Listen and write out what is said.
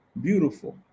beautiful